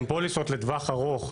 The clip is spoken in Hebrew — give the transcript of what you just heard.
הן פוליסות לטווח ארוך.